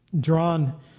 drawn